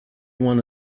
one